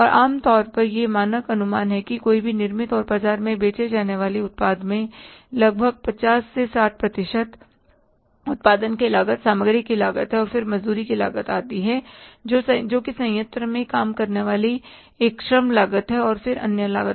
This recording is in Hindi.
और आम तौर पर यह मानक अनुमान है कि कोई भी निर्मित और बाजार में बेचे जाने वाले उत्पाद में लगभग 50 60 प्रतिशत उत्पादन की लागत सामग्री की लागत है फिर मजदूरी की लागत आती है जो कि संयंत्र में काम करने वाली एक श्रम लागत है और फिर अन्य लागत